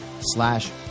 slash